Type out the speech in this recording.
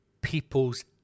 people's